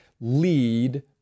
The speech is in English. lead